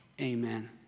Amen